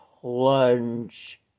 plunge